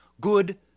good